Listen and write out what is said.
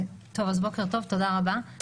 בוקר טוב, תודה רבה.